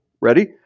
Ready